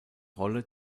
rolle